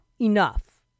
Enough